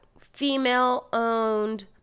female-owned